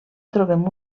trobem